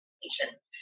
patients